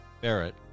Barrett